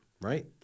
right